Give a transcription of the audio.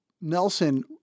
Nelson